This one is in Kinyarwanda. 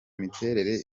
miterere